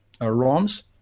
ROMs